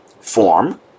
form